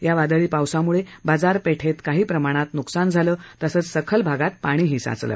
या वादळी पावसामुळे बाजारपेठेत काही प्रमाणात नुकसान झालं तसंच सखल भागात पाणी साचलं